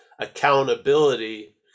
accountability